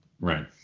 Right